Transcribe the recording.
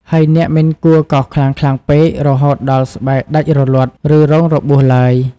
ហើយអ្នកមិនគួរកោសខ្លាំងៗពេក រហូតដល់ស្បែកដាច់រលាត់ ឬរងរបួសឡើយ។